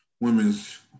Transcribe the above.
women's